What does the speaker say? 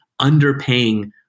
underpaying